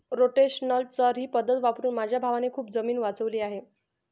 rotational चर ही पद्धत वापरून माझ्या भावाने खूप जमीन वाचवली आहे